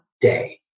day